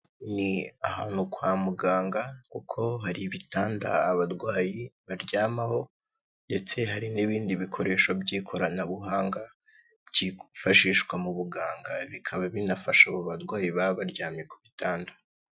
Ni ahantu kwa muganga kuko hari ibitanda abarwayi baryamaho ndetse hari n'ibindi bikoresho by'ikoranabuhanga byifashishwa mu buganga bikaba binafasha abo barwayi baba baryamye ku bitanda.